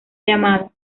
llamada